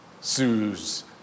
sues